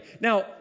Now